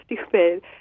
stupid